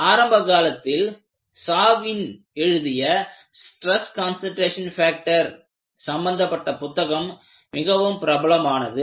ஆரம்ப காலத்தில் சாவின் எழுதிய ஸ்டிரஸ் கான்சன்ட்ரேஷன் ஃபேக்டர் சம்பந்தப்பட்ட புத்தகம் மிகவும் பிரபலமானது